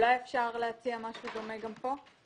אולי אפשר להציע משהו דומה גם כאן.